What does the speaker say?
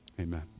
Amen